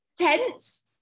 Tense